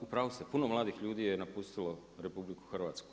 Upravu ste, puno mladih ljudi je napustilo RH.